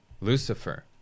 Lucifer